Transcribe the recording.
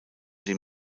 dem